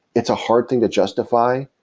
it's a hard thing to justify.